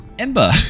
Ember